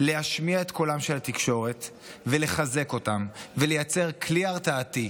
להשמיע את קולה של התקשורת ולחזק אותה ולייצר כלי הרתעתי,